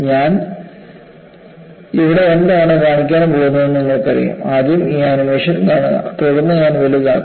ഞാൻ ഇവിടെ എന്താണ് കാണിക്കാൻ പോകുന്നതെന്ന് നിങ്ങൾക്കറിയാം ആദ്യം ഈ ആനിമേഷൻ കാണുക തുടർന്ന് ഞാൻ വലുതാക്കും